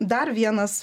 dar vienas